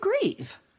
grieve